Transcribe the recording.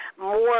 more